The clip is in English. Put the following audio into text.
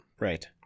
Right